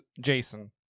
Jason